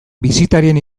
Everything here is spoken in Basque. bisitarien